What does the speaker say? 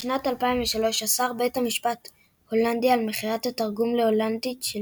בשנת 2003 אסר בית משפט הולנדי על מכירת התרגום להולנדית של